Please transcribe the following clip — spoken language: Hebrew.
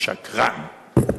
שקרן, שקרן.